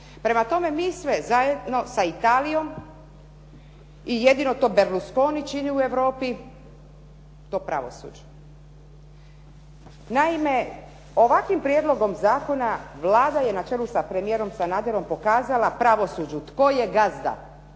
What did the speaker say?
Prema tome, mi sve zajedno sa Italijom, i jedino to Berlusconi čini u Europi to pravosuđe. Naime, ovakvim prijedlogom zakona Vlada je na čelu sa premijerom Sanaderom pokazala pravosuđu tko je gazda.